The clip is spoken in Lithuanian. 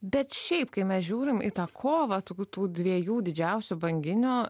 bet šiaip kai mes žiūrim į tą kovą tokių tų dviejų didžiausių banginių